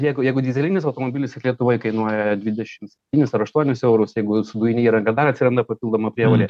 jeigu jeigu dyzelinis automobilis lietuvoj kainuoja dvidešimt septynis ar aštuonis eurus jeigu su dujine įranga yra dar atsiranda papildoma prievolė